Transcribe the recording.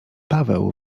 paweł